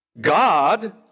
God